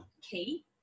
key